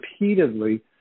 repeatedly